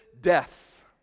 deaths